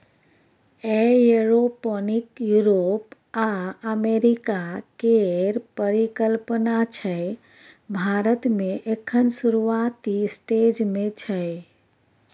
aeroponic Europe आ America केर परिकल्पना छै भारत मे एखन शुरूआती स्टेज मे छै